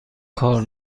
کار